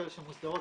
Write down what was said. כאלה שמוסדרות,